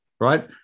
right